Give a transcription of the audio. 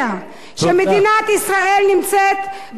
שמדינת ישראל נמצאת במצב הזה,